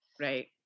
Right